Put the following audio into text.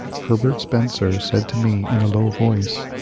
herbert spencer said to me in a low voice,